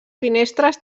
finestres